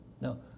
No